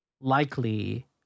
likely